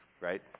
right